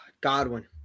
Godwin